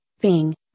Bing